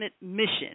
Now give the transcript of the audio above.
mission